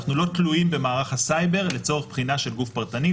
אנחנו לא תלויים במערך הסייבר לצורך בחינה של גוף פרטני.